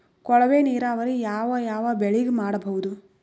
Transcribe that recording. ಕೊಳವೆ ನೀರಾವರಿ ಯಾವ್ ಯಾವ್ ಬೆಳಿಗ ಮಾಡಬಹುದು?